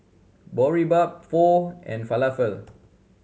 Boribap Pho and Falafel